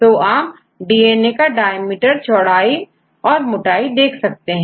तो आप डीएनए का डायमीटर चौड़ाई मोटाई देख सकते हैं